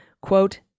quote